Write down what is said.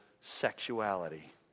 sexuality